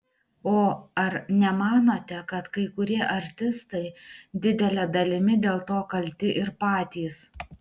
o ar nemanote kad kai kurie artistai didele dalimi dėl to kalti ir patys